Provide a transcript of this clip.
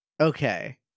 Okay